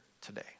today